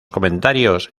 comentarios